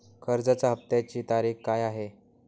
कर्जाचा हफ्त्याची तारीख काय आहे?